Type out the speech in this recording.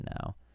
now